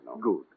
Good